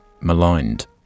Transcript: maligned